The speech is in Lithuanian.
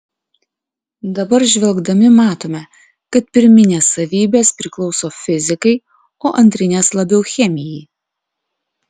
dabar žvelgdami matome kad pirminės savybės priklauso fizikai o antrinės labiau chemijai